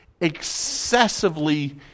excessively